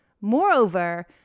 Moreover